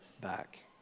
back